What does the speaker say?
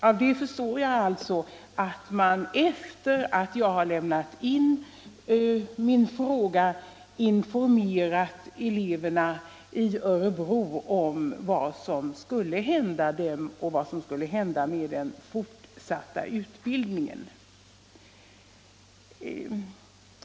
Av det förstår jag att man efter det att jag lämnat in min fråga informerat eleverna i Örebro om vad som skulle hända med dem och med den fortsatta utbildningen.